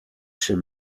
czyż